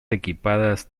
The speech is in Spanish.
equipadas